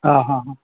હા હા હા